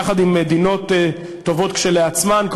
יחד עם מדינות טובות כשלעצמן,